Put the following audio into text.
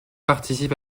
participent